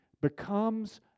becomes